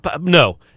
No